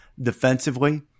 defensively